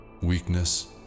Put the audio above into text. Weakness